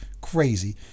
crazy